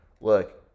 look